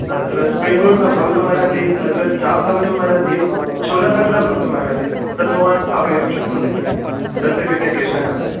तत्र spring roll भवितुमर्हति तत्र छाप् भवितुमर्हति छोला बटूरा भवितुमर्हति तद् भवान् स्थापयितुं शक्नोति तस्य कृते क्लेशः नास्ति